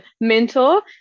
mentor